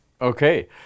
Okay